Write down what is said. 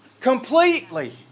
completely